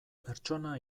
pertsona